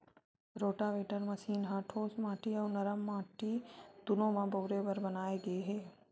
rotavator machine ह ठोस माटी अउ नरम माटी दूनो म बउरे बर बनाए गे हे